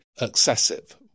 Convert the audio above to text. excessive